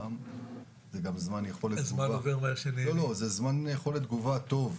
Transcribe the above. זה זמן תגובה טוב,